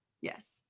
Yes